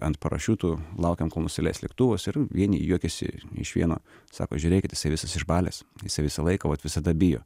ant parašiutų laukiam kol nusileis lėktuvas ir vieni juokiasi iš vieno sako žiūrėkit jisai visas išbalęs jisai visą laiką vat visada bijo